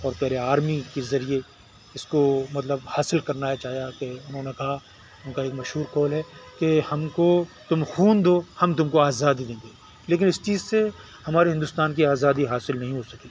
اور پہلے آرمی کے ذریعے اس کو مطلب حاصل کرنا ہے چاہے آ کے انہوں نے کہا ان کا ایک مشہور قول ہے کہ ہم کو تم خون دو ہم تم کو آزادی دیں گے لیکن اس چیز سے ہمارے ہندوستان کی آزادی حاصل نہیں ہو سکی